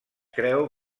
creu